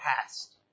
past